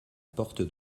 porte